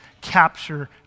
capture